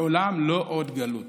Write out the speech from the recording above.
לעולם לא עוד גלות.